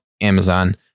Amazon